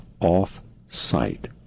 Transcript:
off-site